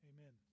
Amen